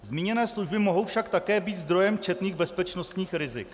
Zmíněné služby mohou však také být zdrojem četných bezpečnostních rizik.